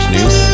News